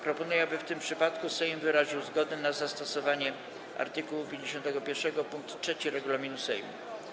Proponuję, aby w tym przypadku Sejm wyraził zgodę na zastosowanie art. 51 pkt 3 regulaminu Sejmu.